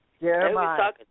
Jeremiah